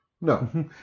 No